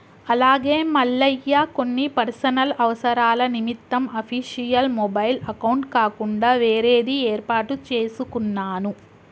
అలాగే మల్లయ్య కొన్ని పర్సనల్ అవసరాల నిమిత్తం అఫీషియల్ మొబైల్ అకౌంట్ కాకుండా వేరేది ఏర్పాటు చేసుకున్నాను